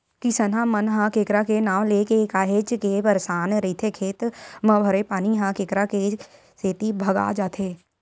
किसनहा मन ह केंकरा के नांव लेके काहेच के परसान रहिथे खेत म भरे पानी ह केंकरा के सेती भगा जाथे